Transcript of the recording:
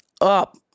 up